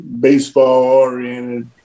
baseball-oriented